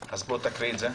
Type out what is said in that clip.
אז בוא תקריא את זה.